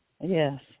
Yes